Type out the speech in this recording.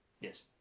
Yes